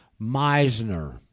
Meisner